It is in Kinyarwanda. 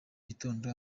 gitondo